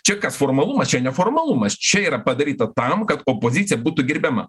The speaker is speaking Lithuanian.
čia kas formalumas čia neformalumas čia yra padaryta tam kad opozicija būtų gerbiama